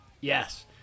Yes